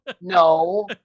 no